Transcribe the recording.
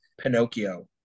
Pinocchio